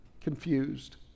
confused